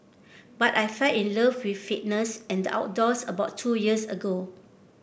but I fell in love with fitness and the outdoors about two years ago